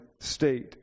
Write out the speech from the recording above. state